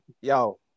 yo